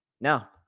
Now